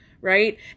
right